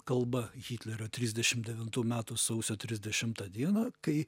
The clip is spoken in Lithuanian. kalba hitlerio trisdešim devintų metų sausio trisdešimtą dieną kai